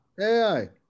AI